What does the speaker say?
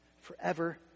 Forever